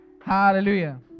Hallelujah